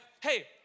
Hey